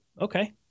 Okay